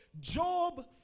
Job